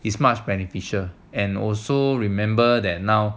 is much beneficial and also remember that now